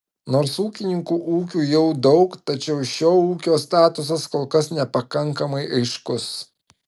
nors ūkininkų ūkių jau daug tačiau šio ūkio statusas kol kas nepakankamai aiškus